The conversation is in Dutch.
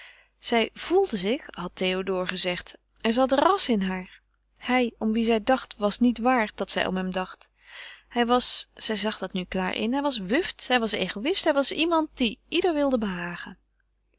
zij voelde zich had théodore gezegd er zat ras in haar hij om wien zij dacht was niet waard dat zij om hem dacht hij was zij zag dat nu klaar in hij was wuft hij was egoïst hij was iemand die ieder wilde behagen